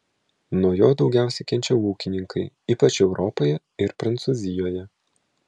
nuo jo daugiausiai kenčia ūkininkai ypač europoje ir prancūzijoje